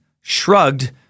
shrugged